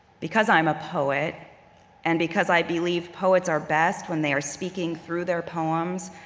because i'm a poet and because i believe poets are best when they are speaking through their poems,